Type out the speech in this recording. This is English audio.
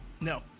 No